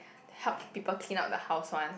help people clean up the house one